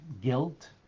guilt